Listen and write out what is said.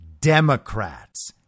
Democrats